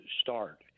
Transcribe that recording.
start